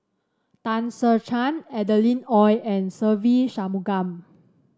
Tan Ser Cher Adeline Ooi and Se Ve Shanmugam